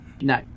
No